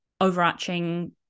overarching